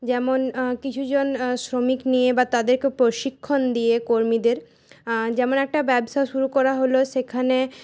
যেমন কিছুজন শ্রমিক নিয়ে বা তাদেরকে প্রশিক্ষণ দিয়ে কর্মীদের যেমন একটা ব্যবসা শুরু করা হল সেখানে